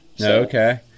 Okay